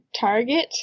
target